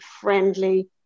friendly